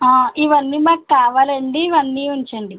ఇవన్నీ మాకు కావాలండి ఇవన్నీ ఉంచండి